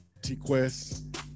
T-Quest